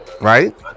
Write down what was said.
Right